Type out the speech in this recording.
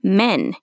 men